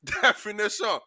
definition